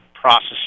processing